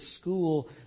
school